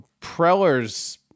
Preller's